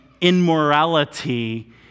immorality